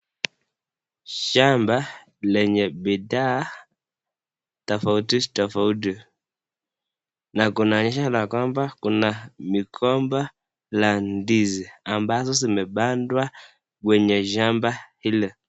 Shamba lenye bidhaa tofauti tofauti. Na kunaonyesha ya kwamba, kuna mikomba la ndizi ambazo zimepandwa kwenye shamba hilo.